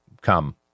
come